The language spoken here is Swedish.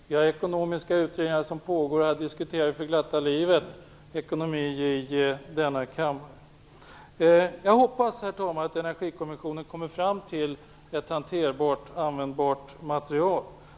Det pågår ekonomiska utredningar och vi diskuterar ekonomi för glatta livet i denna kammare. Jag hoppas, herr talman, att Energikommissionen kommer fram till ett hanterbart och användbart material.